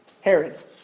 Herod